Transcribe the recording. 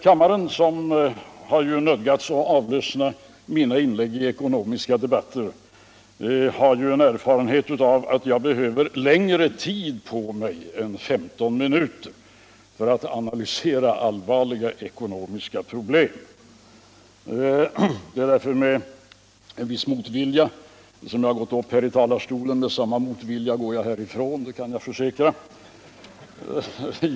Kammaren, som ju har nödgats avlyssna mina inlägg i ekonomiska debatter, har erfarenhet av att jag behöver längre tid på mig än 15 minuter för att analysera allvarliga ekonomiska problem. Det är därför med en viss motvilja som jag gålt upp här i talarstolen. Med samma motvilja går jag härifrån — det kan jag försäkra.